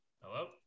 Hello